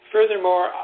Furthermore